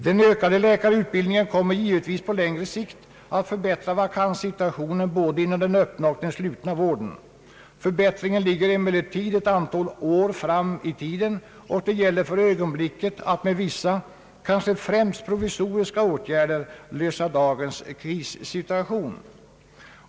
Den ökade läkarutbildningen kommer givetvis på längre sikt att förbättra vakanssituationen inom både den öppna och den slutna vården. Förbättringen ligger emellertid ett antal år fram i tiden och det gäller för ögonblicket att med vissa — kanske främst provisoriska — åtgärder lösa dagens krissituation.